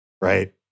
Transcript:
right